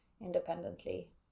independently